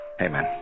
Amen